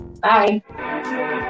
Bye